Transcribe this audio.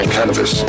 Cannabis